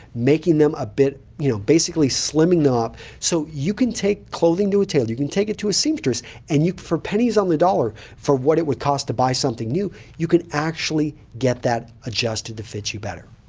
making them a bit you know basically slimming them up. so you can take clothing to a tailor, you can take it to a seamstress and for pennies on the dollar for what it would cost to buy something new, you can actually get that adjusted to fit you better.